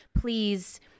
please